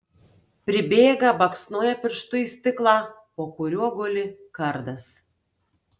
pribėga baksnoja pirštu į stiklą po kuriuo guli kardas